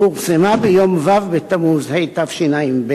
פורסמה ביום ו' בתמוז התשע"ב,